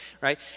right